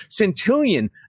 Centillion